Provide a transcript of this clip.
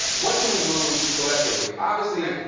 what do we lose, collectively? obviously,